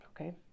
Okay